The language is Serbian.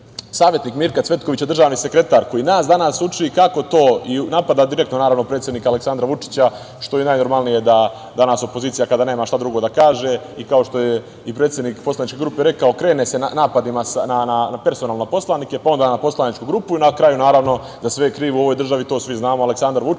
savetnik Mirka Cvetkovića, državni sekretar koji nas danas uči kako to, napada direktno naravno predsednika Aleksandra Vučića, što je najnormalnije da danas opozicija kada nema šta drugo da kaže i kao što je i predsednik poslaničke grupe rekao, krene sA napadima personalno na poslanike, pa onda na poslaničku grupu, na kraju, naravno, za sve je kriv u ovoj državi, to svi znamo, Aleksandar Vučić,